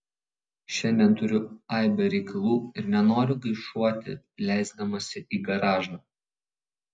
šiandien turiu aibę reikalų ir nenoriu gaišuoti leisdamasi į garažą